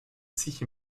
sich